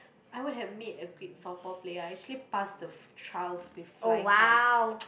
I would have made a great softball player I actually passed the f~ twelves with flying colours